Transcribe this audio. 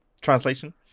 translation